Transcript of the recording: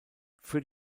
für